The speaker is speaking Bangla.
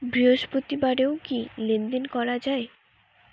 বৃহস্পতিবারেও কি লেনদেন করা যায়?